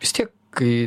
vis tie kai